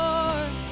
Lord